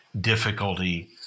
difficulty